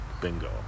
bingo